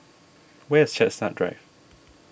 where is Chestnut Drive